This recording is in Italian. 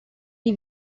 dei